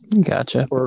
Gotcha